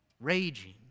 raging